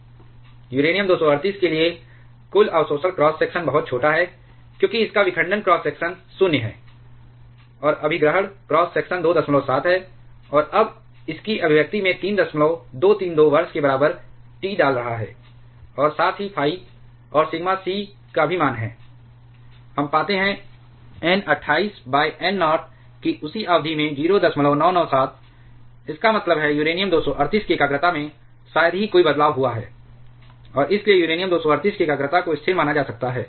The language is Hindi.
N25 N0 25 exp φ σa 25 t N28 N0 28 exp φ σc 28 t uranium 238 के लिए कुल अवशोषण क्रॉस सेक्शन बहुत छोटा है क्योंकि इसका विखंडन क्रॉस सेक्शन 0 है और अभिग्रहण क्रॉस सेक्शन 27 है और अब इस की अभिव्यक्ति में 3232 वर्ष के बराबर T डाल रहा है और साथ ही phi और सिग्मा c का भी मान है हम पाते हैं N28 N नॉट कि उसी अवधि में 0997 इसका मतलब है यूरेनियम 238 की एकाग्रता में शायद ही कोई बदलाव हुआ है और इसलिए यूरेनियम 238 की एकाग्रता को स्थिर माना जा सकता है